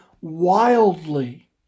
wildly